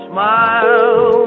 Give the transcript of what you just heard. Smile